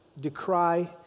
decry